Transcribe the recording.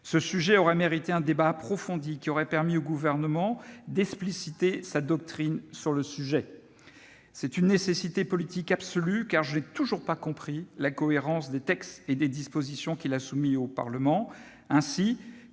Ce sujet aurait mérité un débat approfondi, permettant au Gouvernement d'expliciter sa doctrine en la matière. C'est une nécessité politique absolue, car je n'ai toujours pas compris la cohérence des textes et dispositions qu'il a soumis au Parlement.